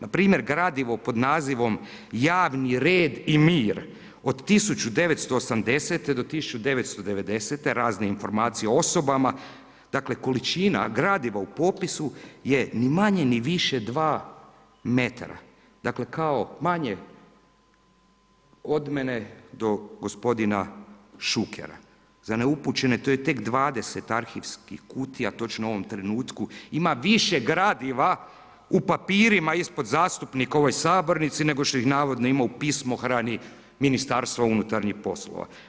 Na primjer gradivo pod nazivom Javni red i mir od 1980. do 1990. razne informacije o osobama, dakle količina gradiva u popisu je ni manje ni više 2 metra, dakle kao manje od mene do gospodina Šukera, za neupućene, to je tek 20 arhivskih kutija točno u ovom trenutku, ima više gradiva u papirima ispod zastupnika u ovoj sabornici, nego što ih navodno ima u pismohrani Ministarstva unutarnjih poslova.